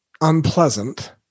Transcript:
unpleasant